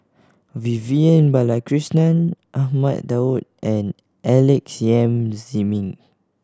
Vivian Balakrishnan Ahmad Daud and Alex Yam Ziming